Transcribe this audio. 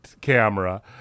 camera